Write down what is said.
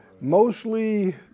Mostly